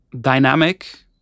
dynamic